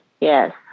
Yes